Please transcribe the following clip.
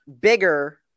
bigger